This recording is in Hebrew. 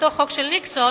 אותו חוק של ניקסון,